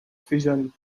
fission